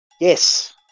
Yes